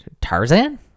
Tarzan